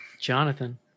Jonathan